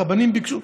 הרבנים ביקשו.